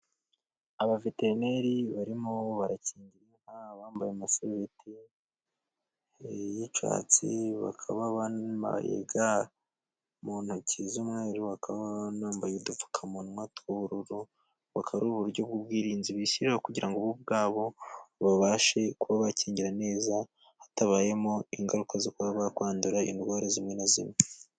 Abaveterineri barimo barakingira bambaye amasarubeti y'icyatsi, bakaba bambaye ga mu ntoki z'umweru, bakaba banambaye udupfukamunwa tw'ubururu, bakaba ari uburyo bw'ubwirinzi bishyiriraho, kugira ngo bo ubwabo babashe kuba bakingira neza, hatabayemo ingaruka zo kuba bakwandura indwara zimwe na zimwe.